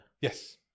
Yes